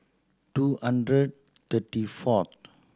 two hundred thirty fourth